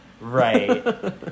Right